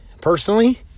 personally